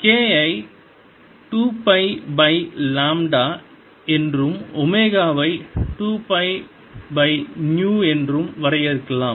k ஐ 2 pi pi lambda என்றும் ஒமேகாவை 2 பை நு என்றும் வரையறுக்கலாம்